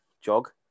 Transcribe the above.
Jog